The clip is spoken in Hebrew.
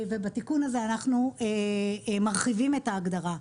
ובתיקון הזה אנחנו מרחיבים את ההגדרה.